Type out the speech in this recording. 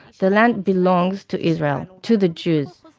the land belongs to israel, to the jews.